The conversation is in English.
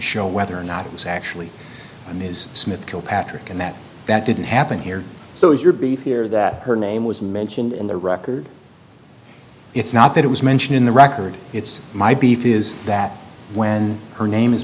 show whether or not it was actually ms smith kilpatrick and that that didn't happen here so is your beef here that her name was mentioned in the record it's not that it was mentioned in the record it's my beef is that when her name is